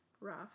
Rough